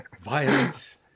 Violence